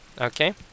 Okay